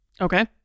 Okay